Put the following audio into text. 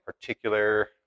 particular